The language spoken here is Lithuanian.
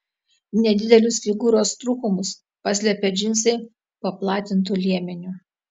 nedidelius figūros trūkumus paslepia džinsai paplatintu liemeniu